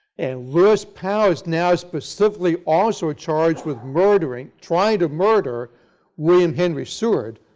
and lewis powell is now specifically also charged with murder, and trying to murder william henry seward,